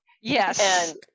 Yes